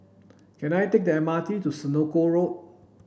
can I take the M R T to Senoko Road